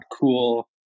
cool